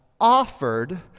offered